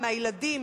מהילדים,